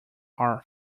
are